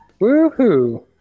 Woohoo